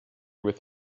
with